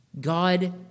God